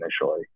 initially